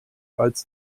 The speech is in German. als